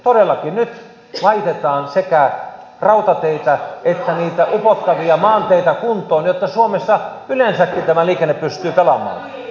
todellakin nyt laitetaan sekä rautateitä että niitä upottavia maanteitä kuntoon jotta suomessa yleensäkin tämä liikenne pystyy pelaamaan